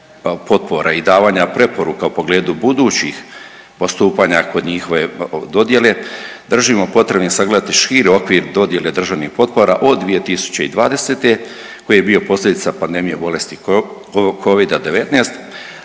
potpora i davanja preporuka u pogledu budućih postupanja kod njihove dodjele, držimo potrebnim sagledati širi okvir dodjele državnih potpora od 2020. koji je bio posljedica pandemije bolesti Covida-19